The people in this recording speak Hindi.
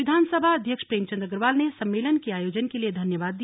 विधानसभा अध्यक्ष प्रेमचंद अग्रवाल ने सम्मेलन के आयोजन के लिए धन्यवाद दिया